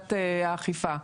ויחידת האכיפה.